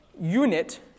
unit